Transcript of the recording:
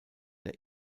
der